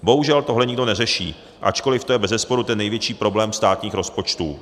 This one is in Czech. Bohužel tohle nikdo neřeší, ačkoliv to je bezesporu ten největší problém státních rozpočtů.